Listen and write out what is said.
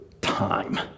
time